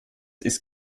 ist